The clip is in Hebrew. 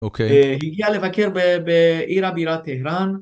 אוקיי. היא הגיעה לבקר בעיר הבירה טהרן.